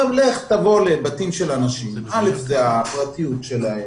תבוא לבתים של אנשים שזאת הפרטיות שלהם.